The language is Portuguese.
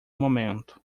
momento